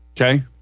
okay